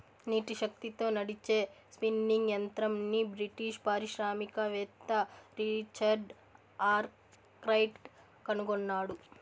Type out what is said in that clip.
నీటి శక్తితో నడిచే స్పిన్నింగ్ యంత్రంని బ్రిటిష్ పారిశ్రామికవేత్త రిచర్డ్ ఆర్క్రైట్ కనుగొన్నాడు